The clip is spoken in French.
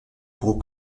gros